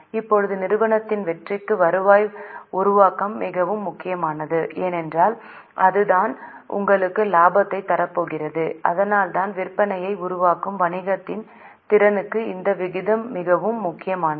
இப்போது நிறுவனத்தின் வெற்றிக்கு வருவாய் உருவாக்கம் மிகவும் முக்கியமானது ஏனென்றால் அதுதான் உங்களுக்கு லாபத்தைத் தரப்போகிறது அதனால்தான் விற்பனையை உருவாக்கும் வணிகத்தின் திறனுக்கு இந்த விகிதம் மிகவும் முக்கியமானது